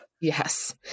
Yes